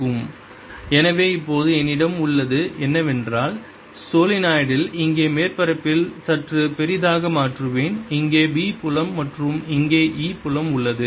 2πaEπa2dBdt or Ea2dBdta02dKdt எனவே இப்போது என்னிடம் உள்ளது என்னவென்றால் சோலனாய்டில் இங்கே மேற்பரப்பில் சற்று பெரியதாக மாற்றுவேன் இங்கே B புலம் மற்றும் இங்கே E புலம் உள்ளது